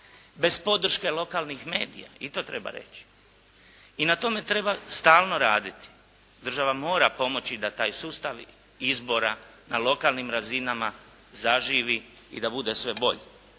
bez podrške lokalnih medija, i to treba reći. I na tome treba stalno raditi, država mora pomoći da taj sustav izbora na lokalnih razinama zaživi i da bude sve bolji.